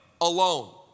alone